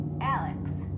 alex